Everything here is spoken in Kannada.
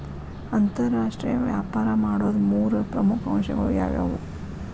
ಅಂತರಾಷ್ಟ್ರೇಯ ವ್ಯಾಪಾರ ಮಾಡೋದ್ ಮೂರ್ ಪ್ರಮುಖ ಅಂಶಗಳು ಯಾವ್ಯಾವು?